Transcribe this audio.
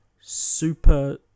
Super